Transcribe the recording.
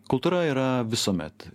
kultūra yra visuomet